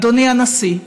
אדוני הנשיא,